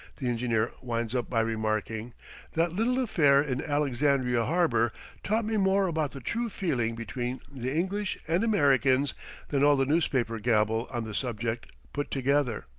the engineer winds up by remarking that little affair in alexandria harbor taught me more about the true feeling between the english and americans than all the newspaper gabble on the subject put together.